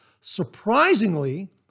Surprisingly